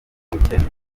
n’ubukene